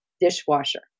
dishwasher